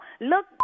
Look